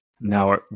Now